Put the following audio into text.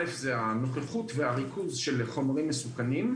הראשון הוא הנוכחות וריכוז חומרים מסוכנים,